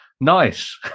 nice